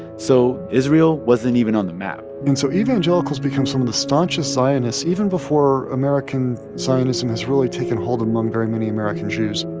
so israel wasn't even on the map and so evangelicals become some of the staunchest zionists, even before american zionism has really taken hold among very many american jews.